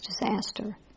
disaster